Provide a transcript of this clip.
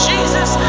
Jesus